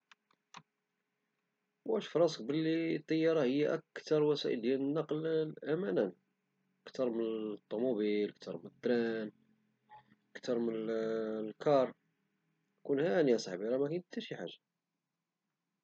واش فراسك بلي الطيارة هي أكثر وسائل ديال النقل أمانا، أكثر من الطوموبيل من التران أكثر من الكار، كن هاني رميكون حتى شي حاجة